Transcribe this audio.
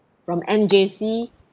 from M_J_C